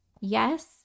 yes